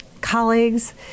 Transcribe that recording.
colleagues